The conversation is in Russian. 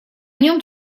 нем